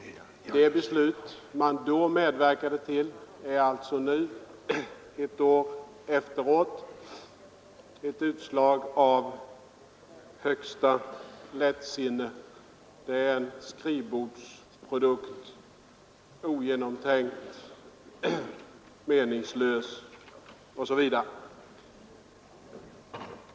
Det beslut man då medverkade till är alltså nu, ett år senare, enligt kommunisternas uppfattning ett utslag av högsta lättsinne, det är en skrivbordsprodukt, ogenomtänkt, meningslöst osv.